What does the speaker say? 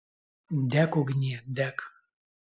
dek ugnie dek